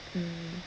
mm